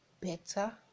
better